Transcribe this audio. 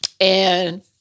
And-